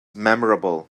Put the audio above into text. memorable